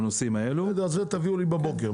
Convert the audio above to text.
בסדר, את זה תביאו לי בבוקר.